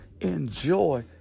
Enjoy